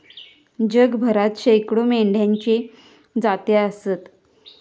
जगभरात शेकडो मेंढ्यांच्ये जाती आसत